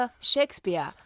Shakespeare